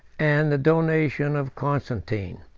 and the donation of constantine,